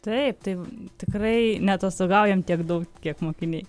taip tai tikrai ne atostogaujam tiek daug kiek mokiniai